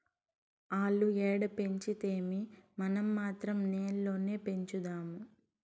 ఆల్లు ఏడ పెంచితేమీ, మనం మాత్రం నేల్లోనే పెంచుదాము